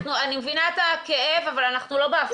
ענבל, אני מבינה את הכאב אבל אנחנו לא בהפגנה.